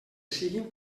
siguen